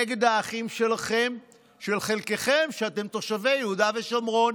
נגד האחים שלכם, חלקכם שאתם תושבי יהודה ושומרון.